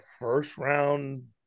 first-round